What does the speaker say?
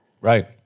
Right